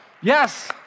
Yes